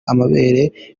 amabere